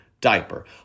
Diaper